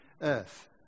earth